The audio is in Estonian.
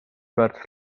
väärtus